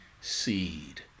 seed